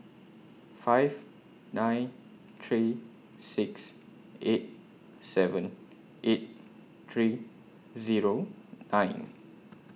five nine three six eight seven eight three Zero nine